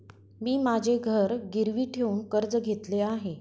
मी माझे घर गिरवी ठेवून कर्ज घेतले आहे